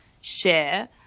share